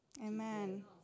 Amen